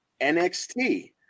NXT